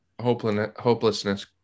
hopelessness